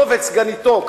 גם אותו וגם סגניתו.